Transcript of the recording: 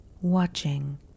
watching